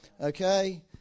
Okay